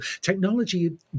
technology